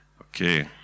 Okay